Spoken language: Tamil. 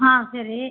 ஆ சரி